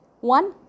one